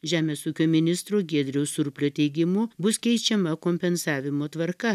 žemės ūkio ministro giedriaus surplio teigimu bus keičiama kompensavimo tvarka